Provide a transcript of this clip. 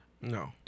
No